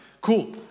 cool